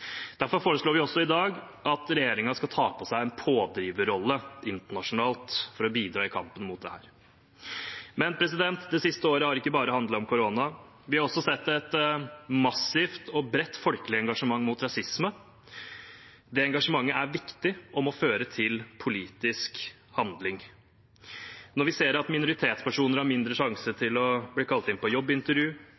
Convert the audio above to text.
Derfor foreslår vi i dag at regjeringen skal ta på seg en pådriverrolle internasjonalt for å bidra i kampen mot dette. Men det siste året har ikke bare handlet om korona. Vi har også sett et massivt og bredt folkelig engasjement mot rasisme. Det engasjementet er viktig og må føre til politisk handling. Når vi ser at minoritetspersoner har mindre sjanse